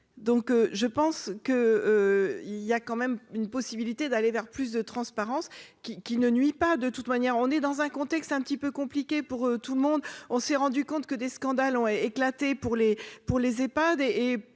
donc je pense que il y a quand même une possibilité d'aller vers plus de transparence qui qui ne nuit pas, de toute manière, on est dans un contexte un petit peu compliqué pour tout le monde, on s'est rendu compte que des scandales ont éclaté pour les pour les